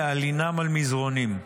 להלינם על מזרונים.